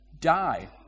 die